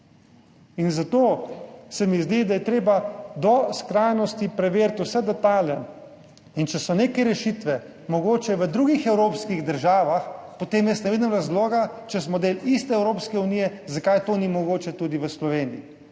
In zato se mi zdi, da je treba do skrajnosti preveriti vse detajle in če so neke rešitve mogoče v drugih evropskih državah, potem jaz ne vidim razloga, če smo del iste Evropske unije, zakaj to ni mogoče tudi v Sloveniji.